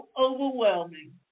overwhelming